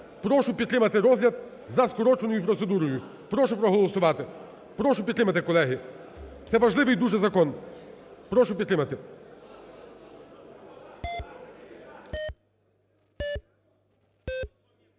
прошу підтримати розгляд за скороченою процедурою. Прошу проголосувати. Прошу підтримати, колеги! Це важливий дуже закон. Прошу підтримати.